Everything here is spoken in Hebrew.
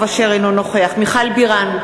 אינו נוכח מיכל בירן,